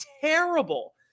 terrible